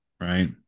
right